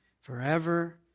forever